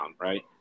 right